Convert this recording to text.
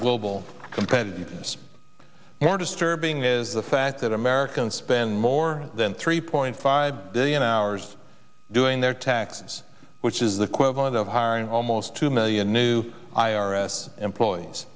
global competitiveness more disturbing is the fact that americans spend more than three point five billion hours doing their taxes which is the question of hiring almost two million new i r s employees